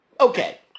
okay